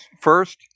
First